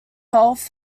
health